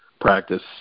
practice